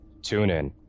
TuneIn